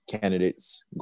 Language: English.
candidates